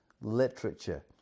literature